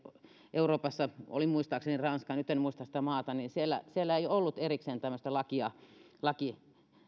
euroopassa oli muistaakseni ranska nyt en muista sitä maata niin siellä siellä ei ollut erikseen tämmöistä lakia lakia